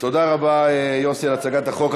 תודה רבה, יוסי, על הצגת החוק.